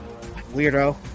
Weirdo